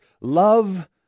love